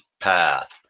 path